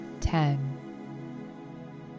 Ten